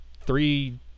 three